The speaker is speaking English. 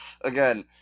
again